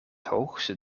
hoogste